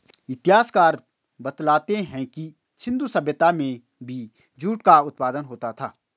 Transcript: इतिहासकार बतलाते हैं कि सिन्धु सभ्यता में भी जूट का उत्पादन होता था